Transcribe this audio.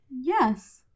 Yes